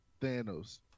Thanos